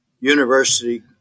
university